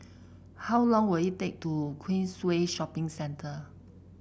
how long will it take to Queensway Shopping Centre